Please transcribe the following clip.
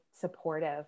supportive